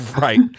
right